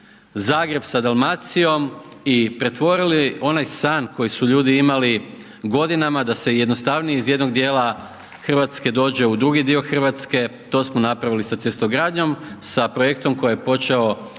Zagreb sa Dalmacijom i pretvorili onaj san koji su ljudi imali godinama, da se jednostavnije iz jednog dijela Hrvatske dođe u drugi dio Hrvatske, to smo napravili sa cestogradnjom, sa projektom koji je počeo